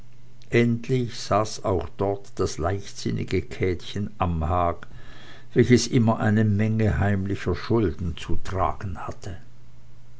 endlich saß auch dort das leichtsinnige käthchen amhag welches immer eine menge heimlicher schulden zu tragen hatte